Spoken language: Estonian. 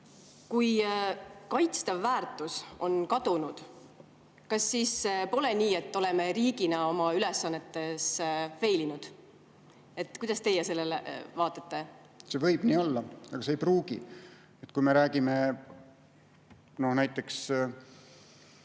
Kui kaitstav väärtus on kadunud, kas siis pole nii, et oleme riigina oma ülesannetes feilinud? Kuidas teie sellele vaatate? See võib nii olla, aga ei pruugi nii olla. Kui me räägime näiteks